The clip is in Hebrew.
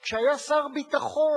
כשהיה שר הביטחון,